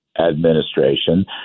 administration